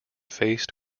faced